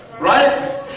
Right